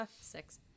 Six